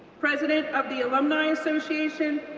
president of the alumni association,